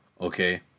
okay